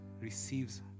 receives